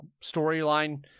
storyline